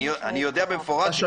אני יודע במפורש.